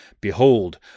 Behold